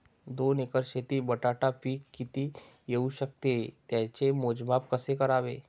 दोन एकर शेतीत बटाटा पीक किती येवू शकते? त्याचे मोजमाप कसे करावे?